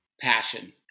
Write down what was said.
Passion